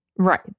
Right